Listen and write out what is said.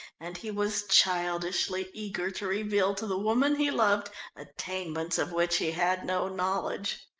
and he was childishly eager to reveal to the woman he loved attainments of which he had no knowledge.